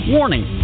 Warning